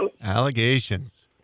Allegations